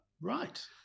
Right